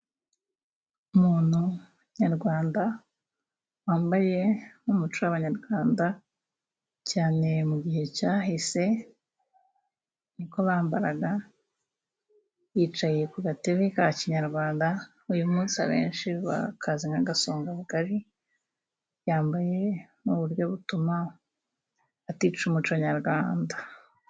Umuntu nyarwanda wambaye nk'umuco w'Abanyarwanda cyane mu gihe cyahise ni ko bambaraga. Yicaye ku gatebe ka kinyarwanda uyu munsi abenshi bakazi nk'agasongabugari. Yambaye muryo butuma atica umuco nyarwanda.